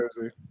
jersey